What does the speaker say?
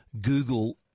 Google